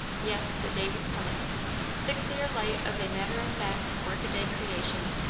yes, the day was coming the clear light of a matter-of-fact, work-a-day creation.